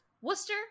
Worcester